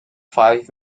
five